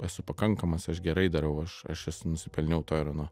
esu pakankamas aš gerai darau aš aš nusipelniau to ir ano